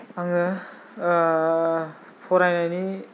आङो फरायनायनि